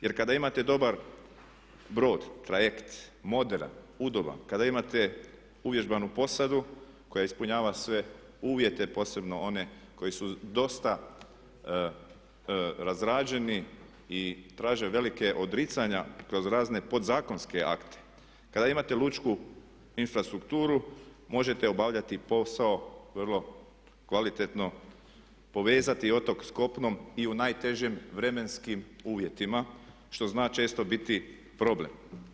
Jer kada imate dobar brod, trajekt, moderan, udoban, kada imate uvježbanu posadu koja ispunjava sve uvjete posebno one koji su dosta razrađeni i traže velika odricanja kroz razne podzakonske akte, kada imate lučku infrastrukturu možete obavljati posao vrlo kvalitetno, povezati otok s kopnom i u najtežim vremenskim uvjetima što zna često biti problem.